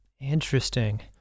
Interesting